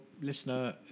listener